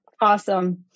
Awesome